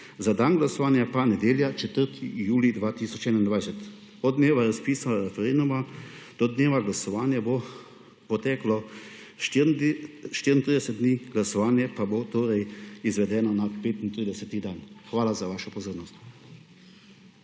za dan glasovanja pa nedelja, 4. julij 2021. Od dneva razpisa referenduma do dneva glasovanja bo poteklo 34 dni, glasovanje pa bo torej izvedeno na 35. dan. Hvala za vašo pozornost.